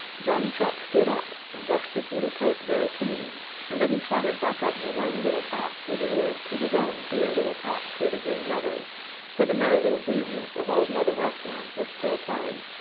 johnny chuck stood up and brushed his little coat very clean and then he trotted back up the lone little path through the wood to his own dear little path through the green meadows where the merry little breezes of old mother west wind were still playing,